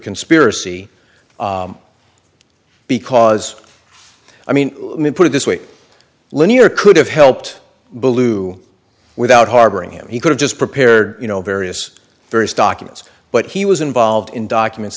conspiracy because i mean let me put it this way lanier could have helped bellew without harboring him he could've just prepared you know various various documents but he was involved in documents